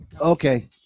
Okay